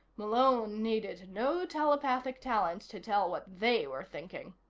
malone needed no telepathic talent to tell what they were thinking.